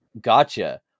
gotcha